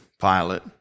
Pilate